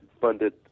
funded